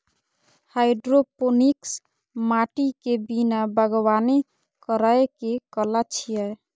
hydroponics माटि के बिना बागवानी करै के कला छियै